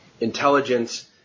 intelligence